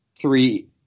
three